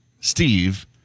Steve